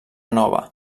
nova